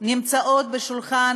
להבאת אמוניה